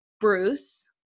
Bruce